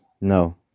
No